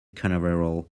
canaveral